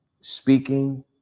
Speaking